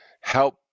help